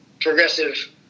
progressive